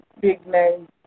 big-name